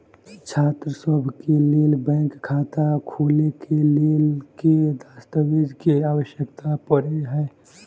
छात्रसभ केँ लेल बैंक खाता खोले केँ लेल केँ दस्तावेज केँ आवश्यकता पड़े हय?